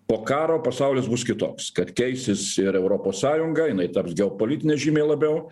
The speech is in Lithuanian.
po karo pasaulis bus kitoks kad keisis ir europos sąjunga jinai taps geopolitinė žymiai labiau